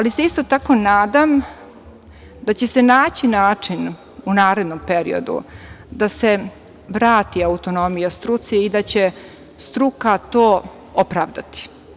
Isto se tako nadam da će se naći način u narednom periodu da se vrati autonomija struci, da će struka to opravdati.